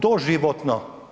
Doživotno.